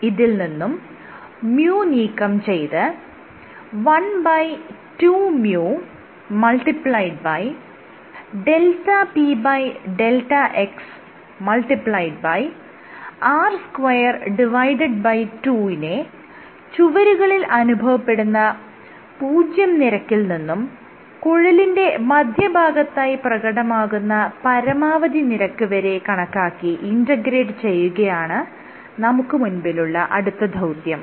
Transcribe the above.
ഇതിൽ നിന്നും µ നീക്കം ചെയ്ത് 12µδpδxr22 നെ ചുവരുകളിൽ അനുഭവപ്പെടുന്ന പൂജ്ജ്യം നിരക്കിൽ നിന്നും കുഴലിന്റെ മധ്യഭാഗത്തായി പ്രകടമാകുന്ന പരമാവധി നിരക്ക് വരെ കണക്കാക്കി ഇൻഗ്രേറ്റ് ചെയ്യുകയാണ് നമുക്ക് മുൻപിലുള്ള അടുത്ത ദൌത്യം